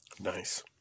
Nice